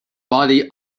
body